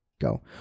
go